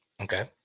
okay